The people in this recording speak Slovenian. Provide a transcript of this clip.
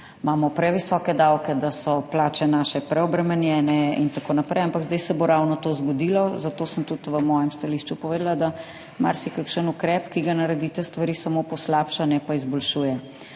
imamo previsoke davke, da so naše plače preobremenjene in tako naprej, ampak zdaj se bo ravno to zgodilo. Zato sem tudi v svojem stališču povedala, da marsikakšen ukrep, ki ga naredite, stvari samo poslabša, ne pa izboljšuje.